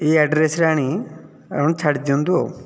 ଏହି ଆଡ଼୍ରେସରେ ଆଣି ତାଙ୍କୁ ଛାଡ଼ି ଦିଅନ୍ତୁ ଆଉ